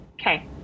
Okay